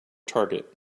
target